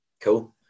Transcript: Cool